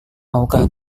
maukah